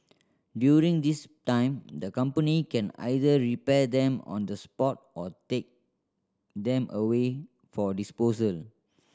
during this time the company can either repair them on the spot or take them away for disposal